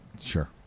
Sure